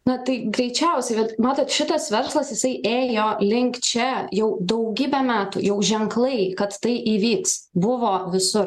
na tai greičiausiai bet matot šitas verslas jisai ėjo link čia jau daugybę metų jau ženklai kad tai įvyks buvo visur